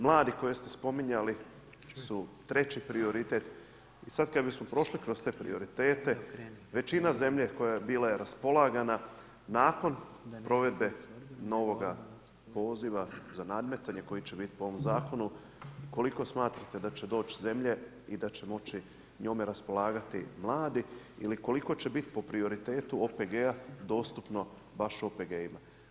Mladi koji ste spominjali su treći prioritet i sad kad bismo prošli kroz te prioritete većina zemlje koja je bila raspolagana, nakon provedbe novoga poziva za nadmetanje koji će biti po ovome zakonu, koliko smatrate da će doći zemlje i da će moći njome raspolagati mladi ili koliko će biti po prioritetu OPG-u dostupno baš OPG-ima.